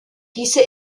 diese